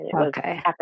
Okay